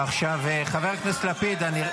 --- חבר הכנסת לפיד,